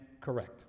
correct